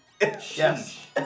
Yes